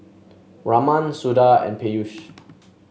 Raman Suda and Peyush